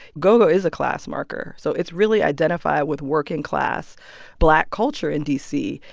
go-go is a class marker. so it's really identified with working-class black culture in d c.